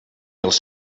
els